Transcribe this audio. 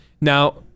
Now